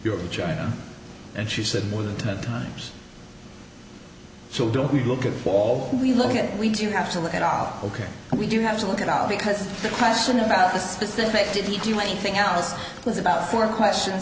your child and she said more than ten times so don't we look at all we look at we do have to look an awful can't we do have to look at all because the question about the specific to do anything else was about four questions